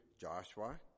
Joshua